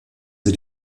sie